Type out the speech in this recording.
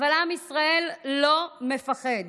אבל עם ישראל לא מפחד,